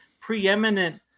preeminent